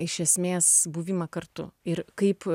iš esmės buvimą kartu ir kaip